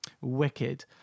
Wicked